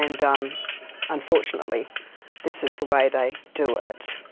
and um unfortunately this is the way they do it.